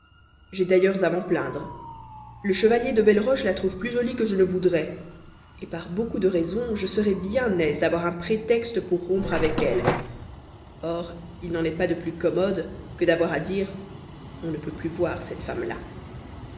d'ailleurs à m'en plaindre le chevalier de belleroche la trouve plus jolie que je ne voudrais par beaucoup de raisons je serai bien aise d'avoir un prétexte pour rompre avec elle or il n'en est pas de plus commode que d'avoir à dire on ne peut plus voir cette femme-là